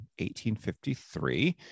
1853